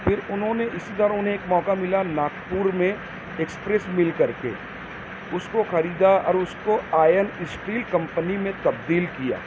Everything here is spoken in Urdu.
پھر انہوں نے اسی طرح انہیں ایک موقع ملا ناگپور میں ایکسپریس مل کر کے اس کو خریدا اور اس کو آئرن اسٹیل کمپنی میں تبدیل کیا